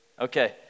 Okay